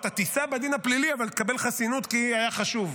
אתה תישא בדין הפלילי אבל תקבל חסינות כי היה חשוב,